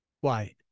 Why